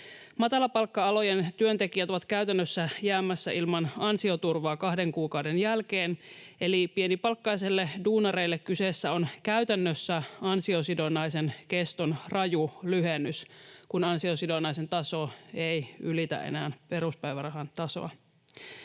Matalapalkka-alojen työntekijät ovat käytännössä jäämässä ilman ansioturvaa kahden kuukauden jälkeen, eli pienipalkkaisille duunareille kyseessä on käytännössä ansiosidonnaisen keston raju lyhennys, kun ansiosidonnaisen taso ei ylitä enää peruspäivärahan tasoa.